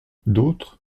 d’autres